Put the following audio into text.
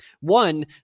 One